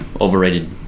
overrated